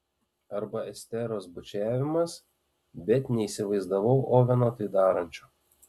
arba esteros bučiavimas bet neįsivaizdavau oveno tai darančio